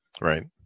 Right